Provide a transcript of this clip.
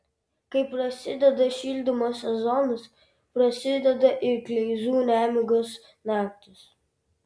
kai prasideda šildymo sezonas prasideda ir kleizų nemigos naktys